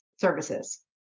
services